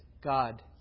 God